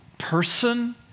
person